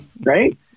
right